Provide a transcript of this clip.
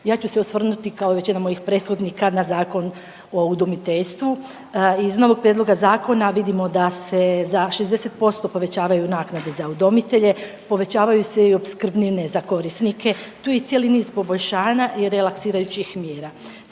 Ja ću se osvrnuti kao i većina mojih prethodnika na Zakon o udomiteljstvu. Iz novog prijedloga zakona vidimo da se za 60% povećavaju naknade za udomitelje, povećavaju se i opskrbnine za korisnike. Tu je cijeli niz poboljšanja i relaksirajućih mjera.